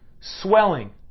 swelling